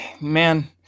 man